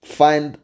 find